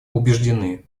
убеждены